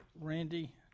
Randy